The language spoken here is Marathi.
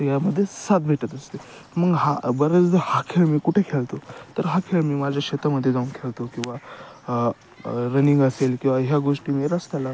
यामध्ये साथ भेटत असते मग हा बऱ्याचदा हा खेळ मी कुठे खेळतो तर हा खेळ मी माझ्या शेतामध्ये जाऊन खेळतो किंवा रनिंग असेल किंवा ह्या गोष्टी मी रस्त्याला